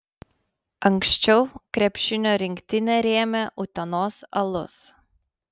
anksčiau krepšinio rinktinę rėmė utenos alus